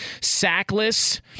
sackless